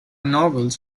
novels